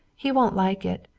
he won't like it.